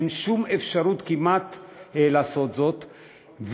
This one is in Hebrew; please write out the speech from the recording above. אין שום אפשרות כמעט לעשות זאת.